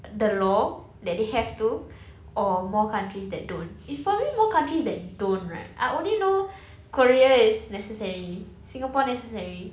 the law that they have to or more countries that don't it's probably more countries that don't right I only know korea is necessary singapore necessary